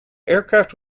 aircraft